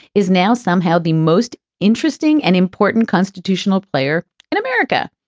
is now somehow the most interesting and important constitutional player in america.